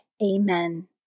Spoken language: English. Amen